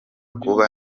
kuba